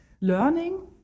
learning